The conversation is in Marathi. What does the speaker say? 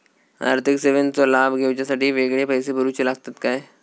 आर्थिक सेवेंचो लाभ घेवच्यासाठी वेगळे पैसे भरुचे लागतत काय?